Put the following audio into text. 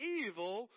evil